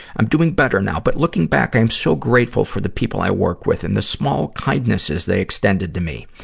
i'm doing better now, but looking back i am so grateful for the people i work with and the small kindnesses they extended to me.